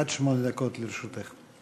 עד שמונה דקות לרשותך.